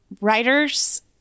writers